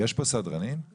אני